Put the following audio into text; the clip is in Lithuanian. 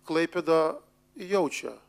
klaipėda jaučia